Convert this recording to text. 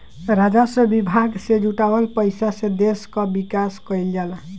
राजस्व विभाग से जुटावल पईसा से देस कअ विकास कईल जाला